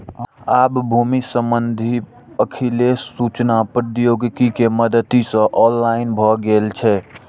आब भूमि संबंधी अभिलेख सूचना प्रौद्योगिकी के मदति सं ऑनलाइन भए गेल छै